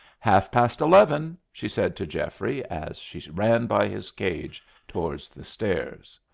half-past eleven, she said to geoffrey, as she ran by his cage towards the stairs.